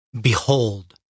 Behold